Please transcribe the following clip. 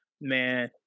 Man